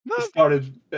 started